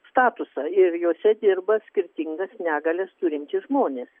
statusą ir jose dirba skirtingas negalias turintys žmonės